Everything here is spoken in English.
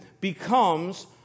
becomes